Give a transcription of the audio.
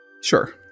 Sure